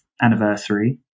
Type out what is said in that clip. anniversary